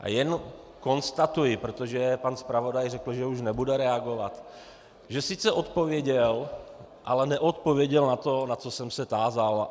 A jen konstatuji, protože pan zpravodaj řekl, že už nebude reagovat, že sice odpověděl, ale neodpověděl na to, na co jsem se tázal.